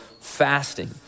fasting